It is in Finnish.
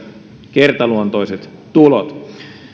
kertaluontoiset tulot